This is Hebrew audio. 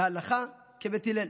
והלכה כבית הלל.